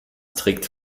trägt